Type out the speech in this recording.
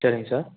சரிங்க சார்